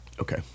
Okay